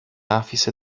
άφησε